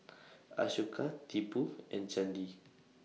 Ashoka Tipu and Chandi